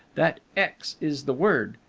that x is the word,